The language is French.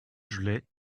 gelais